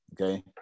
Okay